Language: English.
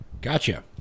Gotcha